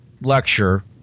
lecture